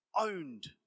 owned